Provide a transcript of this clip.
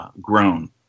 grown